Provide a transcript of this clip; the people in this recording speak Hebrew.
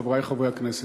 חברי חברי הכנסת,